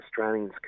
australians